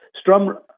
Strum